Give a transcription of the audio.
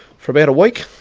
for about a week.